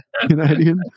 Canadian